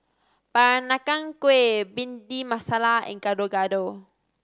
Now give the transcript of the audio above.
Peranakan Kueh Bhindi Masala and Gado Gado